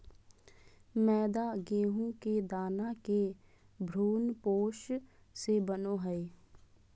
मैदा गेहूं के दाना के भ्रूणपोष से बनो हइ